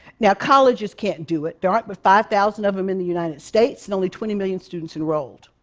now, colleges can't do it. there aren't but five thousand of them in the united states and only twenty million students enrolled.